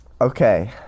Okay